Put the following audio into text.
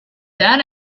that